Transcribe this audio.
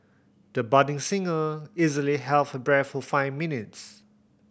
the budding singer easily held her breath for five minutes